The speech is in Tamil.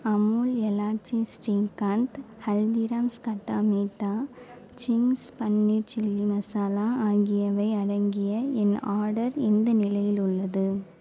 அமுல் எலாய்ச்சி ஸ்ரீகந்த் ஹல்திராம்ஸ் கட்டா மீட்டா சிங்க்ஸ் பனீர் சில்லி மசாலா ஆகியவை அடங்கிய என் ஆர்டர் எந்த நிலையில் உள்ளது